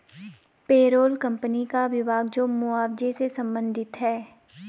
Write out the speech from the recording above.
payroll company का विभाग जो मुआवजे से संबंधित है